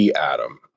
Atom